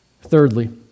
Thirdly